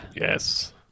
Yes